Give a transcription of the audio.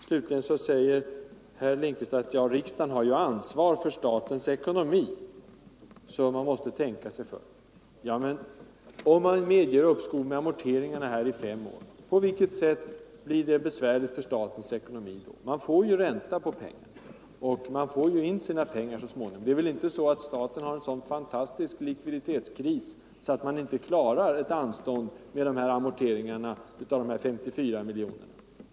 Slutligen säger herr Lindkvist: Riksdagen har ansvar för statens ekonomi, så man måste tänka sig för. Ja men, om riksdagen medger uppskov med dessa amorteringar i fem år, på vilket sätt medför det besvär för statens ekonomi? Staten får ränta på pengarna och staten får in sina pengar så småningom. Staten har väl inte en så svag likviditet, att den inte klarar ett anstånd med amorteringen av dessa 54 miljoner kronor?